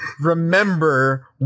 remember